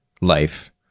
life